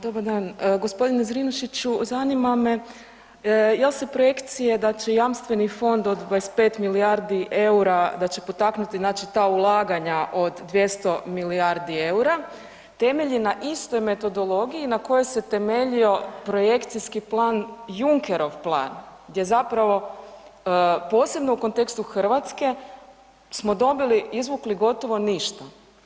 Dobar dan. g. Zrinušiću, zanima me jel se projekcije da će jamstveni fond od 25 milijardi EUR-a, da će potaknuti znači ta ulaganja od 200 milijardi EUR-a, temelji na istoj metodologiji na kojoj se temeljio projekcijski plan, Junckerov plan, gdje zapravo, posebno u kontekstu Hrvatske smo dobili, izvukli gotovo ništa?